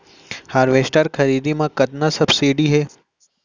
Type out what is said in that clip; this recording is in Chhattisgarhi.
हारवेस्टर खरीदे म कतना सब्सिडी हे?